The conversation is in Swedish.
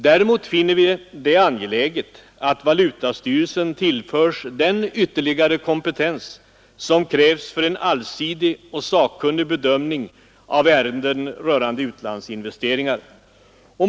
Däremot finner vi det angeläget att valutastyrelsen tillförs den ytterligare kompetens som krävs för en allsidig och sakkunnig bedömning av ärenden rörande utlandsinvesteringar.